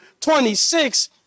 26